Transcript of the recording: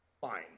fine